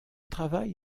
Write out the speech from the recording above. travail